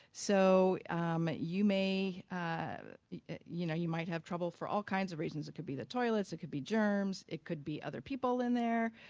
so um you may you know, you might have trouble for all kinds of reasons. it could be the toilets, it could be germs, it could be other people in there,